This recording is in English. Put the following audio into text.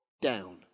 down